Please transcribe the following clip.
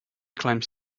claims